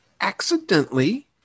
accidentally